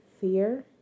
fear